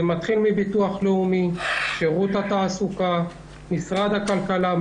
זה מתחיל מביטוח לאומי וממשיך בשירות התעסוקה ומשרד הכלכלה.